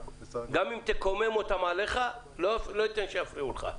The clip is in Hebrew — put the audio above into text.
גם אם תקומם אותם עליך, לא אתן שיפריעו לך.